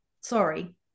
sorry